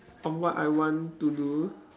of what I want to do